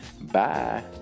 Bye